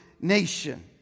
nation